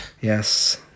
Yes